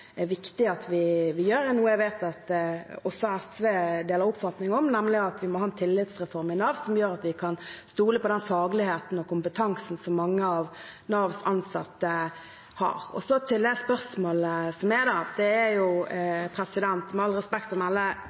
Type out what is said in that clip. viktig at vi gjør, og noe jeg vet også SV deler oppfatningen om, er nemlig at vi må ha en tillitsreform i Nav som gjør at vi kan stole på den fagligheten og kompetansen som mange av Navs ansatte har. Til spørsmålet: Dette er med respekt å melde under justisministerens ansvarsområde, så jeg skal være litt forsiktig med å